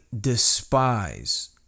despise